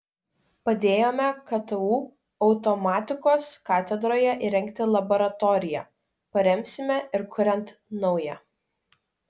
padėjome ktu automatikos katedroje įrengti laboratoriją paremsime ir kuriant naują